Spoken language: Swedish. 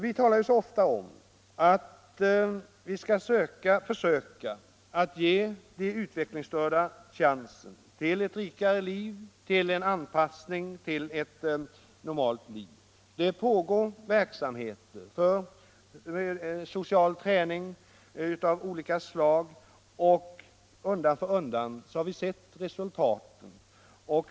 Vi talar så ofta om att vi skall försöka ge de utvecklingsstörda chansen till ett rikare liv, till en anpassning och till ett normalt liv. Det pågår verksamheter med social träning av olika slag, och undan för undan har vi sett resultat.